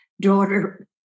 daughter